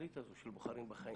בתוכנית הזו של "בוחרים בחיים".